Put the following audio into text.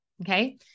Okay